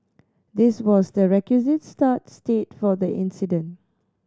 this was the requisite start state for the incident